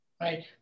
Right